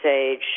age